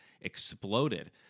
exploded